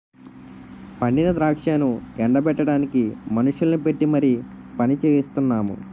పండిన ద్రాక్షను ఎండ బెట్టడానికి మనుషుల్ని పెట్టీ మరి పనిచెయిస్తున్నాము